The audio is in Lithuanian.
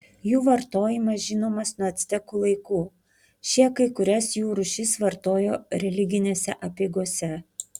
jų vartojimas žinomas nuo actekų laikų šie kai kurias jų rūšis vartojo religinėse apeigose